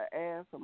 ass